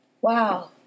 Wow